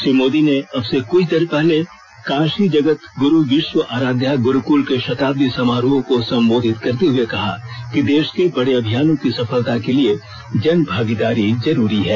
श्री मोदी ने अब से कुछ देर पहले काषी जगत गुरु विष्व अराध्या गुरुकल के षताब्दी समारोह संबोधित करते हुए कहा कि देष के बड़े अभियानों की सफलता के लिए जन भागीदारी जरूरी है